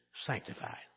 sanctified